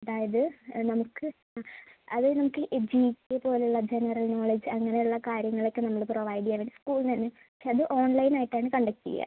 അതായത് നമുക്ക് അതായത് നമുക്ക് ഈ ജീ കെ പോലുള്ള ജനറൽ നോളെജ് അങ്ങനെയുള്ള കാര്യങ്ങളൊക്കെ നമ്മൾ പ്രൊവൈഡ് ചെയ്യാൻ സ്കൂളിൽ നിന്നുതന്നെ പക്ഷെ അത് ഓൺലൈൻ ആയിട്ടാണ് കണ്ടക്ട് ചെയ്യുക